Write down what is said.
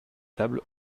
table